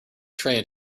train